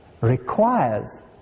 requires